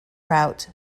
route